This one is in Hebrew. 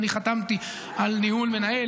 אני חתמתי על ניהול מנהל,